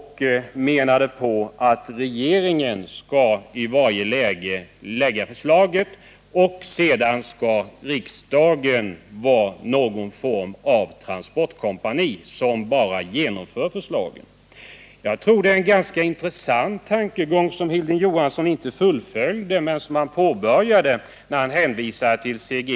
Han menade att regeringen i varje läge är den instans som skall lägga fram förslagen och att riksdagen sedan bara skall vara något slags transportkompani, som fastställer förslagen. Jag tror att det var en ganska intressant tankegång som Hilding Johansson påbörjade men inte fullföljde när han hänvisade till C.G.